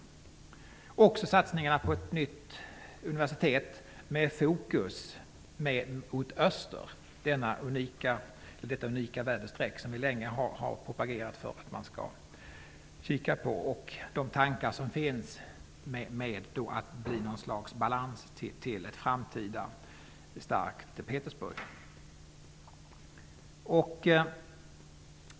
Det gäller även satsningarna på ett nytt universitet med fokus mot öster, detta unika väderstreck som vi länge har propagerat för att man skall kika på, och de tankar som finns om att vi skall bli något slags balans till ett framtida starkt S:t Petersburg.